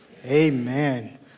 Amen